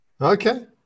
Okay